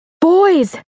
Boys